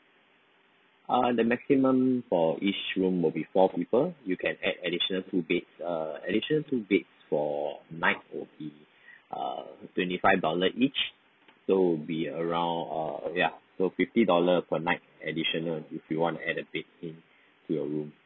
uh the maximum for each room will be four people you can add additional two beds uh additional two bed for night would be uh twenty five dollar each so it would be around err ya so fifty dollar per night additional if you want to add a bed in to your room